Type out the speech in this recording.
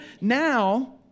Now